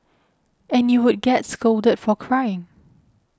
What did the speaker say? and you would get scolded for crying